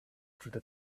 through